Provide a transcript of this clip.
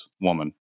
woman